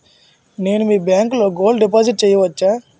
నేను మీ బ్యాంకులో గోల్డ్ డిపాజిట్ చేయవచ్చా?